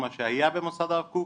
מה שהיה במוסד הרב קוק,